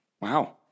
Wow